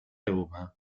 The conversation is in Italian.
roma